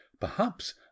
Perhaps